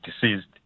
deceased